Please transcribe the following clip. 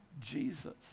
Jesus